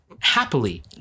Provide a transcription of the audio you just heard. happily